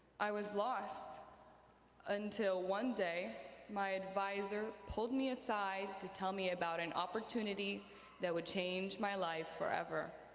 i was lost until one day my adviser pulled me aside to tell me about an opportunity that would change my life forever,